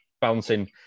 bouncing